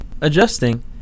adjusting